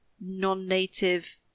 non-native